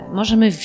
możemy